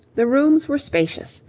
the rooms were spacious,